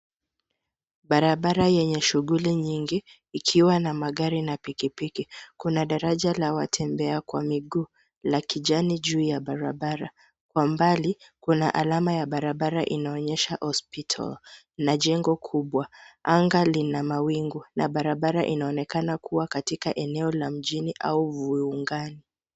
Barabara yenye shuguli nyingi ikiwa na magari na pikipiki. Kuna daraja la watembea kwa miguu la kijani juu ya barabara. Kwa mbali kuna alama ya barabara inaonyesha Hospital na jengo kubwa. Anga lina mawingu na barabara inaonekana kuwa katika eneo la mjini au viungani.